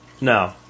No